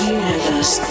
universe